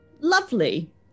lovely